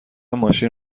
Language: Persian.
ماشین